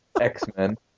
x-men